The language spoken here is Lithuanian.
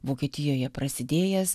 vokietijoje prasidėjęs